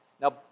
Now